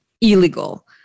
illegal